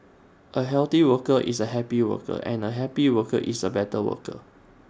A healthy worker is A happy worker and A happy worker is A better worker